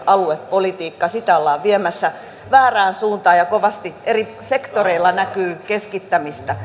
sitä ollaan viemässä väärään suuntaan ja kovasti eri sektoreilla näkyy keskittämistä